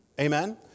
Amen